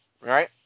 Right